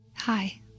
Hi